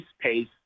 pace